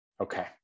Okay